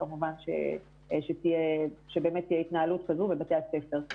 כמובן שבאמת תהיה התנהלות כזו בבתי הספר.